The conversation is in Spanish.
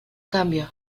cambio